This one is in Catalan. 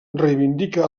reivindica